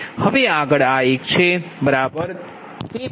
હવે આગળ આ એક છે બરાબર